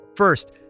First